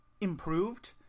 improved